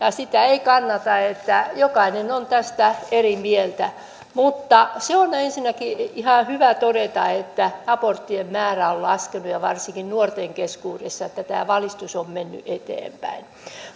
ja siitä ei kannata väitellä jokainen on tästä eri mieltä se on ensinnäkin ihan hyvä todeta että aborttien määrä on laskenut ja varsinkin nuorten keskuudessa niin että tämä valistus on mennyt eteenpäin